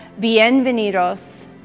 bienvenidos